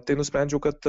tai nusprendžiau kad